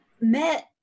met